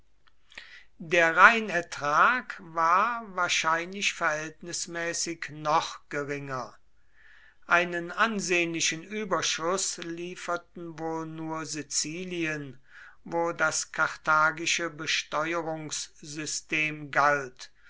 der reinertrag war wahrscheinlich verhältnismäßig noch geringer einen ansehnlichen überschuß lieferten wohl nur sizilien wo das karthagische besteuerungssystem galt